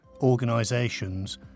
organisations